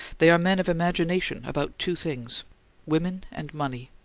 they are men of imagination about two things women and money,